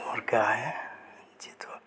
और क्या है जे तो